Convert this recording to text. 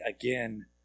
again